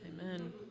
Amen